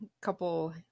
couple